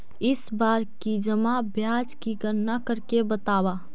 इस बार की जमा ब्याज की गणना करके बतावा